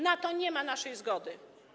Na to nie ma naszej zgody.